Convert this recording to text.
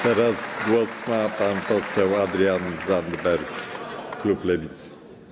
Teraz głos ma pan poseł Adrian Zandberg, klub Lewicy.